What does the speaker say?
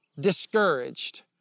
discouraged